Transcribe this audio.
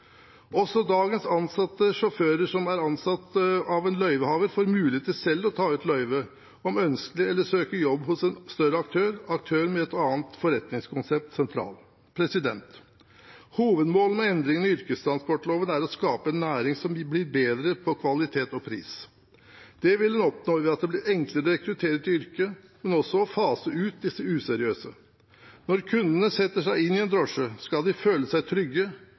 Også dagens sjåfører som er ansatt av en løyvehaver, får mulighet til selv å ta ut løyve – om ønskelig – eller søke jobb hos en større aktør med et annet forretningskonsept/sentral. Hovedmålet med endringene i yrkestransportloven er å skape en næring som blir bedre på kvalitet og pris. Det vil en oppnå ved at det blir enklere å rekruttere til yrket, men også å fase ut de useriøse. Når kundene setter seg inn i en drosje, skal de føle seg trygge